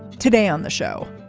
today on the show,